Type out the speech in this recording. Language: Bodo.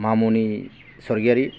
माम'नि सरग'यारि